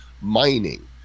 mining